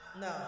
no